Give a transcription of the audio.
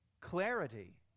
Clarity